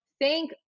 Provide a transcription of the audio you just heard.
thank